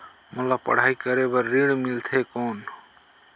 मोला पढ़ाई करे बर ऋण मिलथे कौन?